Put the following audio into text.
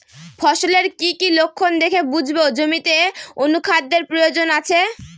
ফসলের কি কি লক্ষণ দেখে বুঝব জমিতে অনুখাদ্যের প্রয়োজন আছে?